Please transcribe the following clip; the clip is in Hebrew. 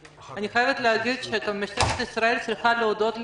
אני חייבת להגיד שמשטרת ישראל צריכה להודות לקורונה.